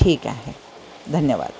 ठीक आहे धन्यवाद